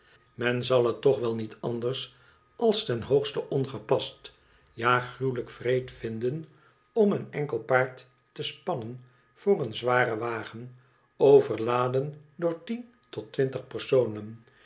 men zal het toch wel niet anders als ten hoogste ongepast ja gruwelijk wreed vinden om een enkel paard te spannen voor een zwaren wagen overladen door tien tot twintig personen